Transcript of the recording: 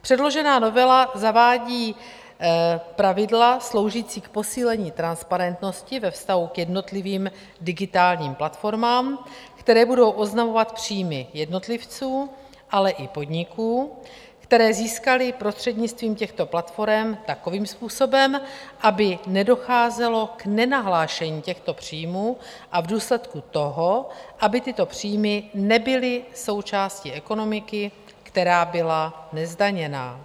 Předložená novela zavádí pravidla sloužící k posílení transparentnosti ve vztahu k jednotlivým digitálním platformám, které budou oznamovat příjmy jednotlivců, ale i podniků, které získaly prostřednictvím těchto platforem takovým způsobem, aby nedocházelo k nenahlášení těchto příjmů, a v důsledku toho, aby tyto příjmy nebyly součástí ekonomiky, která byla nezdaněna.